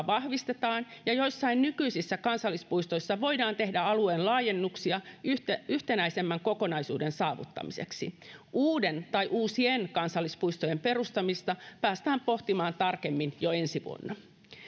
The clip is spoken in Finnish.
vahvistetaan ja joissain nykyisissä kansallispuistoissa voidaan tehdä alueen laajennuksia yhtenäisemmän kokonaisuuden saavuttamiseksi uuden tai uusien kansallispuistojen perustamista päästään pohtimaan tarkemmin jo ensi vuonna